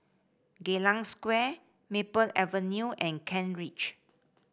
Geylang Square Maple Avenue and Kent Ridge